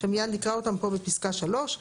(3)